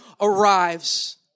arrives